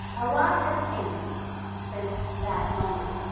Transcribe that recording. a lot has changed since that moment.